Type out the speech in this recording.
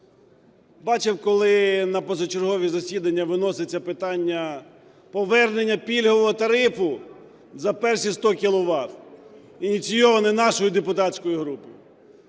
Бачив, коли на позачергові засідання виноситься питання повернення пільгового тарифу за перші 100 кіловат, ініційоване нашою депутатською групою,